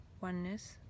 oneness